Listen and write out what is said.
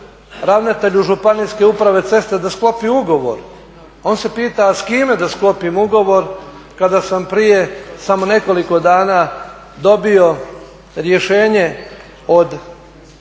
ravnatelju županijske uprave ceste da sklopi ugovor. On se pita a s kime da sklopim ugovor kada sam prije samo nekoliko dana dobio rješenje od